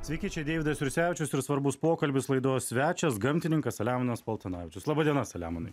sveiki čia deividas jursevičius ir svarbus pokalbis laidos svečias gamtininkas selemonas paltanavičius laba diena selemonai